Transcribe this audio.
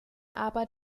aber